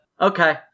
Okay